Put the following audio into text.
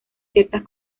ciertas